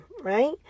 right